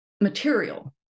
material